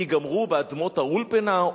ייגמרו באדמות האולפנה,